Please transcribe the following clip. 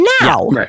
Now